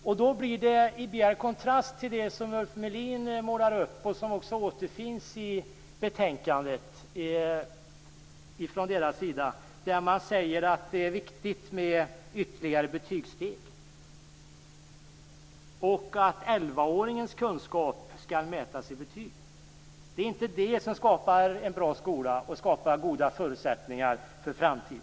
Detta blir en bjärt kontrast till det som Ulf Melin målar upp och som också återfinns i moderaternas synpunkter i betänkandet. De säger att det är viktigt med ytterligare betygssteg och att elvaåringens kunskap skall mätas i betyg. Det skapar inte en bra skola och goda förutsättningar för framtiden.